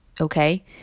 okay